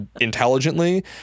intelligently